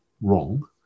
wrong